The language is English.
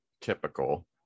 typical